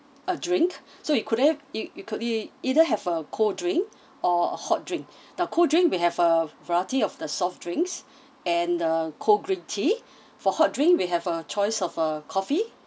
a drink so you could have you you could be either have a cold drink or hot drink now cold drink we have a variety of the soft drinks and the cold green tea for hot drink we have a choice of a coffee